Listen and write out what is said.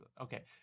Okay